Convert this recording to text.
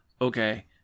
okay